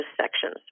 sections